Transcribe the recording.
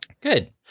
Good